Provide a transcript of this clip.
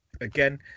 again